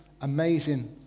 amazing